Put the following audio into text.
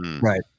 Right